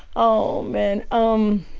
oh, man. um